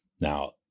Now